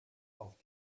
auf